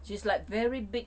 she's like very big